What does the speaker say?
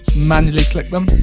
manually click them.